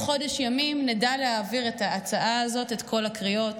חודש ימים נדע להעביר את ההצעה הזאת בכל הקריאות,